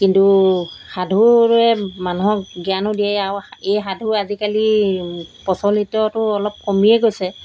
কিন্তু সাধুৰে মানুহক জ্ঞানো দিয়ে আৰু এই সাধু আজিকালি প্ৰচলিতটো অলপ কমিয়ে গৈছে